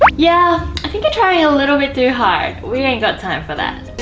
but yeah think you're trying a little bit to hard. we ain't got time for that.